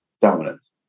dominance